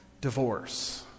divorce